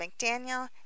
McDaniel